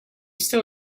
still